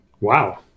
Wow